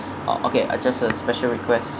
oh okay I just a special request